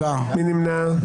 מי נמנע?